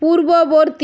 পূর্ববর্তী